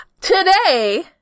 Today